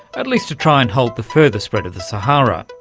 at least to try and halt the further spread of the sahara.